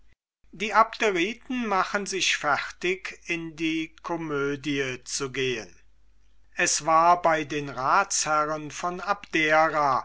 die abderiten machen sich fertig in die komödie zu gehen es war bei den ratsherren von abdera